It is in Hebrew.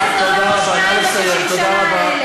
קרו כאן איזה דבר או שניים ב-60 השנה האלה.